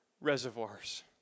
reservoirs